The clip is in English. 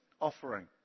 offering